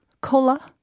cola